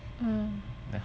hmm